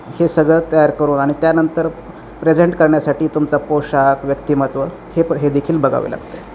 हे सगळं तयार करून आणि त्यानंतर प्रेझेंट करण्यासाठी तुमचा पोशाख व्यक्तिमत्व हे पण हे देखील बघावे लागते